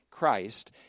Christ